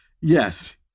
Yes